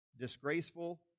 disgraceful